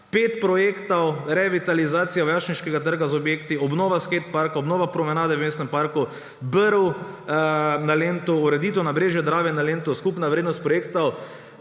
pet projektov: revitalizacija Vojašniškega trga z objekti, obnova Skate parka, obnova promenade v Mestnem parku, brv na Lentu, ureditev nabrežja Drave na Lentu, skupna vrednost projektov,